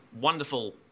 wonderful